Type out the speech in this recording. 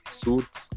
suits